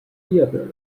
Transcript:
theatre